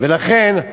ולכן,